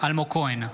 אלמוג כהן,